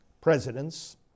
presidents